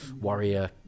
warrior